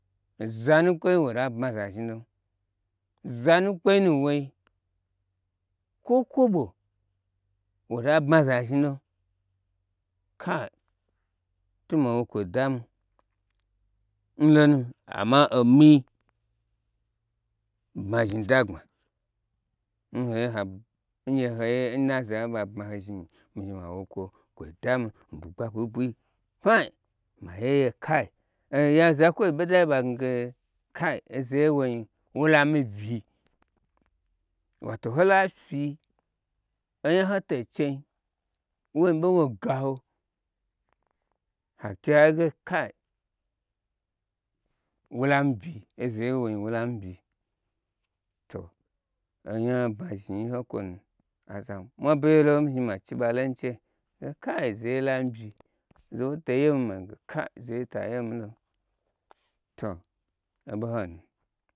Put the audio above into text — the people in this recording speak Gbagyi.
Zanu kwoi wota bmaza zhni lom zanu kwoi nu woi kwo koɓo wota bmaza zhni lon kai to ma wo kwo dami nlonu amma omi bmazhmi da gbma n hoye ngye n hoye nna zan ɓaye ɓa bmaho zhni nyi mi zhni mawo kwo kwoi dami n bwugba bwui bwui. Gine kai e oya zakwo n ɓodai ɓa gnage kai ozaye nwoim we lami bi wato hola fyi onya n hoto chein wom ɓe woi gaho ha chi n hai ge kai wola mi bi oza ye n woin wolami byi to onya bmathniyi ho kwonu nu aza mwa be gye lon mi zhni ma chi ɓa lonu chege kai zeye lami bi zawoteyemi mage kai zeyetayemi lon to obo ho nu.